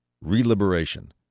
re-liberation